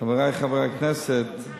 חברי חברי הכנסת,